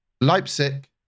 Leipzig